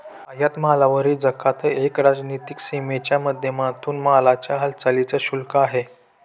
आयात मालावरील जकात एक राजनीतिक सीमेच्या माध्यमातून मालाच्या हालचालींच शुल्क आहे